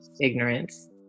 ignorance